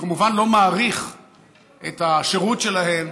הוא כמובן לא מעריך את השירות שלהן,